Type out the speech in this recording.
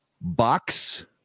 Box